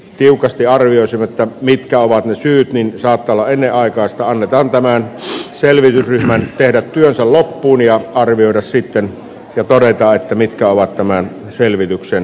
tiukasti arvioi selvittää mitkä ovat syyt niin isoa kalaa ennenaikaista annetaan tänään se säilyy ryhmän tehdä työnsä loppuun ja arvioida sitten jo todeta että mitkä ovat tämän selvityksen